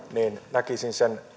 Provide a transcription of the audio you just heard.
näkisin sen